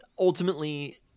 Ultimately